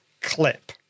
Clip